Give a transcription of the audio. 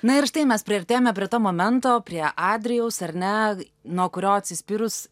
na ir štai mes priartėjome prie to momento prie adrijaus ar ne nuo kurio atsispyrus